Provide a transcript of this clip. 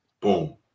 Boom